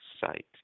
site